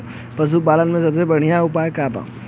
पशु पालन के सबसे बढ़ियां उपाय का बा?